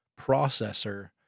processor